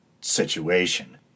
situation